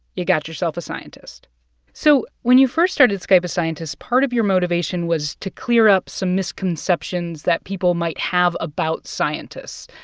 you've got yourself a scientist so when you first started skype a scientist, part of your motivation was to clear up some misconceptions that people might have about scientists,